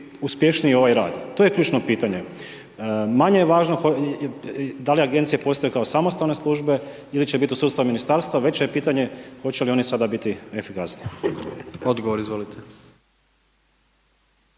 uspješniji ovaj rad, to je ključno pitanje, manje je važno da li Agencije postoje kao samostalne službe ili će biti u sustavu Ministarstva, veće je pitanje hoće li one sada biti efikasnije. **Jandroković,